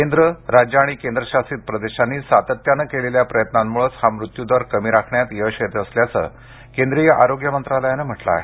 केंद्र राज्य आणि केंद्रशासित प्रदेशांनी सातत्यानं केलेल्या प्रयत्नांमुळेच हा मृत्यू दर कमी राखण्यात यश येत असल्याचं केंद्रीय आरोग्य मंत्रालयानं म्हटलं आहे